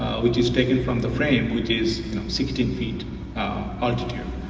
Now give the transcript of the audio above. which is taken from the frame which is sixteen feet altitude.